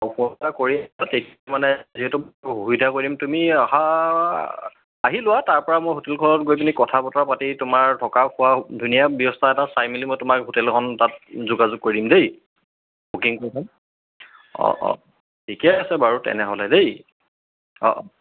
ব্যৱস্থা কৰিম সেইটো মানে যিহেতু সুবিধা কৰি দিম তুমি অহা আহি লোৱা তাৰপৰা মোৰ হোটেলখনত গৈ পিনি কথা বতৰা পাতি তোমাৰ থকা খোৱা ধুনীয়া ব্যৱস্থা এটা চাই মেলি মই তোমাৰ হোটেল এখন তাত যোগাযোগ কৰি দিম দেই বুকিং কৰি দিম অঁ অঁ ঠিকে আছে বাৰু তেনেহ'লে দেই অঁ